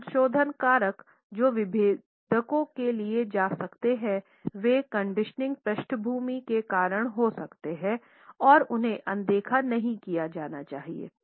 कुछ संशोधन कारक जो विभेदकों के लिए जा सकते हैं वे कंडीशनिंग पृष्ठभूमि के कारण हो सकते हैं और उन्हें अनदेखा नहीं किया जाना चाहिए